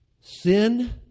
Sin